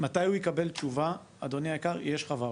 מתי הוא יקבל תשובה, אדוני היקר יש לך ואוצ'ר?